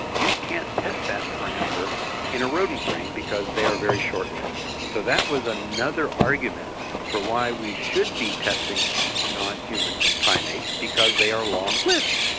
you can't test that parameter in a rodent brain because they are very short-lived. so that was another argument for why we should be testing in non-human primates because they are long-lived.